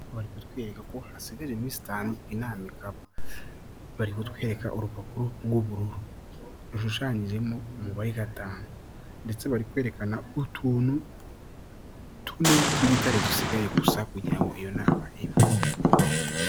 Bari kutwereka ko hasigaye iminsi itanu inama ikaba. Bari kutwereka urupapuro rw'ubururu rushushanyijemo umubare gatanu, ndetse barikwerekana utuntu tune tw'igitare dusigaye gusa kugira ngo iyo nama ibe.